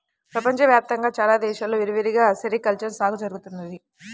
ప్రపంచ వ్యాప్తంగా చాలా దేశాల్లో విరివిగా సెరికల్చర్ సాగు జరుగుతున్నది